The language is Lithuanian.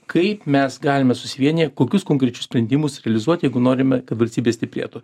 kaip mes galime susivienyja kokius konkrečius sprendimus realizuot jeigu norime kad valstybė stiprėtų